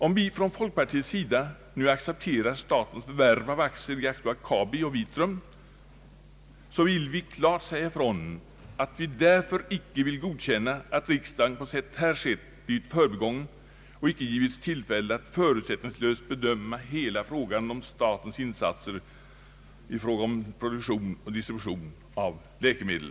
Om vi från folkpartiets sida nu accepterar statens förvärv av aktier i AB Kabi och Vitrum så vill vi klart säga ifrån att vi därför icke vill godkänna att riksdagen på sätt här skett blivit förbigången och inte givits tillfälle att förutsättningslöst bedöma frågan om statens insatser i fråga om produktion och distribution av läkemedel.